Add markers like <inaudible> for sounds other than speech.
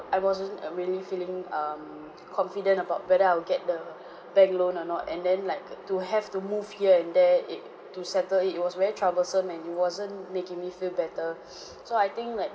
I wasn't uh really feeling um confident about whether I'll get the <breath> bank loan or not and then like to have to move here and there it to settle it was very troublesome and it wasn't making me feel better <noise> so I think like